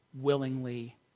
willingly